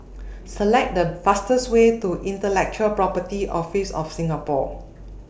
Select The fastest Way to Intellectual Property Office of Singapore